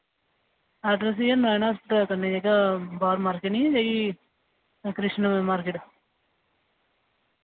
address इयै नारायणा हस्पताल कन्नै जेह्का बाह्र मार्किट नि ऐ जेह्ड़ी कृशन मार्किट